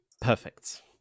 Perfect